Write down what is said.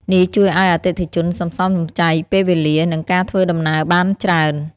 នេះជួយឲ្យអតិថិជនសន្សំសំចៃពេលវេលា និងការធ្វើដំណើរបានច្រើន។